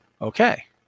Okay